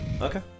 Okay